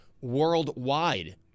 worldwide